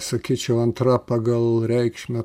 sakyčiau antra pagal reikšmę